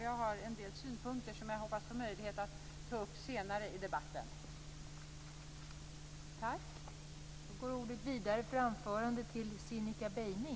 Jag har en del synpunkter som jag hoppas få möjlighet att ta upp senare i debatten.